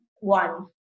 One